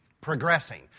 Progressing